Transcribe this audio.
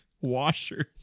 washers